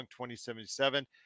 2077